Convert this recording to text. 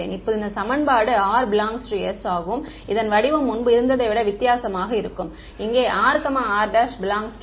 இப்போது இந்த சமன்பாடு எப்போது r s ஆகும் இதன் வடிவம் முன்பு இருந்ததை விட வித்தியாசமாக இருக்கும் இங்கே r r D